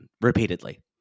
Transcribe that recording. repeatedly